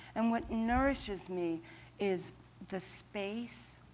and what nourishes me is the space,